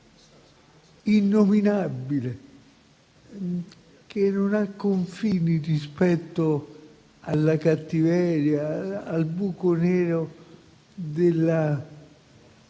innominabile, che non ha confini rispetto alla cattiveria, al buco nero della